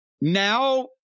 Now